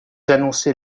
annoncez